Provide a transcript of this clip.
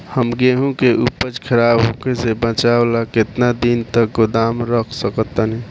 हम गेहूं के उपज खराब होखे से बचाव ला केतना दिन तक गोदाम रख सकी ला?